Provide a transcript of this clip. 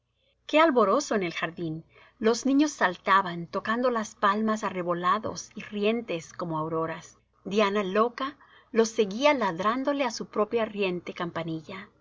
qué alborozo en el jardín los niños saltaban tocando las palmas arrebolados y rientes como auroras diana loca los seguía ladrándole á su propia y riente campanilla